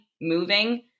moving